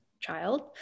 child